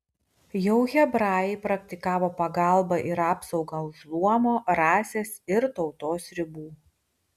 jau hebrajai praktikavo pagalbą ir apsaugą už luomo rasės ir tautos ribų